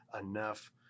enough